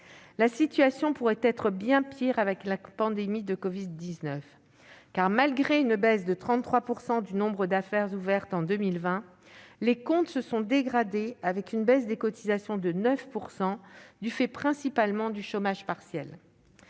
La situation pourrait être bien pire avec la pandémie de covid-19, car, malgré une baisse de 33 % du nombre d'affaires ouvertes en 2020, les comptes se sont dégradés du fait d'une baisse des cotisations de 9 %, liée principalement au chômage partiel.